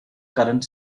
current